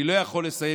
אני לא יכול לסיים,